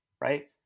Right